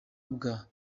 bwa